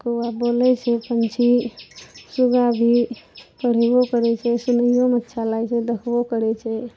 कौआ बोलै छै पक्षी सुबह भी पढ़ैबो करै छै सुनैयोमे अच्छा लागै छै देखबो करै छै